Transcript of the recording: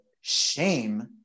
shame